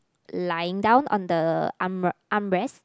lying down on the arm armrest